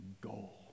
goal